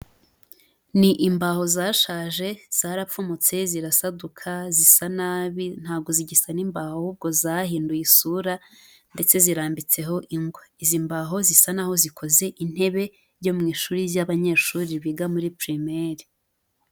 Ni imbaho zashaje, zarapfumutse, zirasaduka ,zisa nabi, ntabwo zigisa n'imbaho, ahubwo zahinduye isura ndetse zirambitseho ingwa. Izi mbaho zisa n'aho zikoze intebe yo mu ishuri ry'abanyeshuri biga muri primaire.